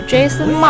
Jason